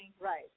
right